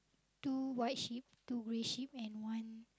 two white sheep two black sheep and one